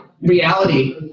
reality